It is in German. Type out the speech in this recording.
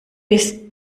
bis